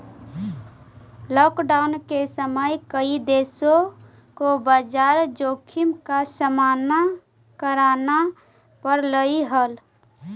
lockdown के समय कई देशों को बाजार जोखिम का सामना करना पड़लई हल